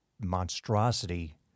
monstrosity